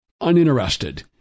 uninterested